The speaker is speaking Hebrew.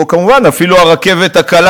או כמובן אפילו הרכבת הקלה.